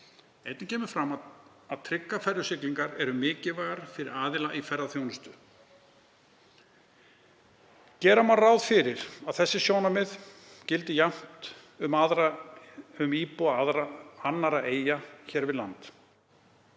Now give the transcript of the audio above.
Einnig kemur fram að tryggar ferjusiglingar eru mikilvægar fyrir aðila í ferðaþjónustu. Gera má ráð fyrir að þessi sjónarmið gildi jafnt um íbúa annarra eyja í kringum landið.